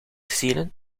zielen